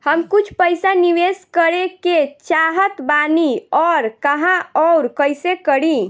हम कुछ पइसा निवेश करे के चाहत बानी और कहाँअउर कइसे करी?